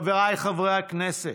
חבריי חברי הכנסת,